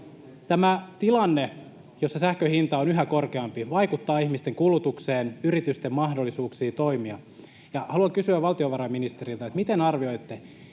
Tämä tilanne, jossa sähkön hinta on yhä korkeampi, vaikuttaa ihmisten kulutukseen ja yritysten mahdollisuuksiin toimia. Haluan kysyä valtiovarainministeriltä: miten arvioitte,